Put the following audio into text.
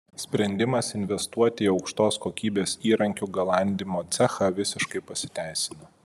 sprendimas investuoti į aukštos kokybės įrankių galandimo cechą visiškai pasiteisino